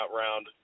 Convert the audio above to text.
round